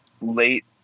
late